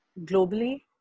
globally